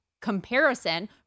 comparison